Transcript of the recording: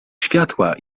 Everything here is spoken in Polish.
światła